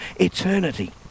eternity